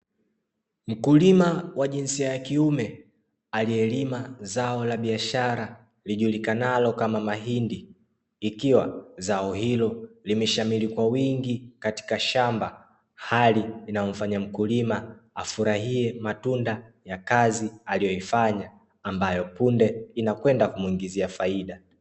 Mkulima wa jinsia ya kiume, aliyelima zao la biashara lijulikanalo kama mahindi, ikiwa zao hilo limeshamiri kwa wingi katika shamba; hali inayomfanya mkulima afurahie matunda ya kazi aliyoifanya, ambayo punde inakwenda kumuingizia faida.